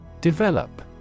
Develop